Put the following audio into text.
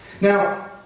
Now